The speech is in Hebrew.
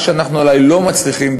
מה שאנחנו אולי לא מצליחים,